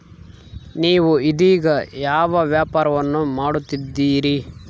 ನೇವು ಇದೇಗ ಯಾವ ವ್ಯಾಪಾರವನ್ನು ಮಾಡುತ್ತಿದ್ದೇರಿ?